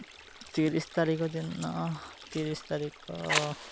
ତିରିଶି ତାରିଖ ଦିନ ତିରିଶି ତାରିଖ